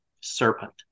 serpent